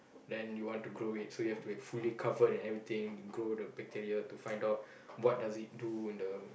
then you want to grow it so you have to like fully covered and everything grow the bacteria to find out what does it do in a